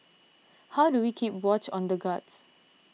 how do we keep watch on the guards